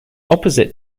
opposite